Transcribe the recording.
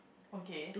okay